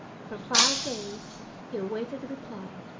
for five days he awaited the reply,